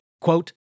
quote